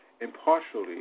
impartially